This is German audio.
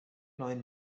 neuen